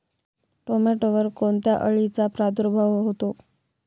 टोमॅटोवर कोणत्या अळीचा प्रादुर्भाव होतो?